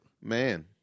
Man